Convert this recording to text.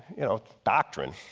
you know doctrine,